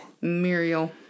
Muriel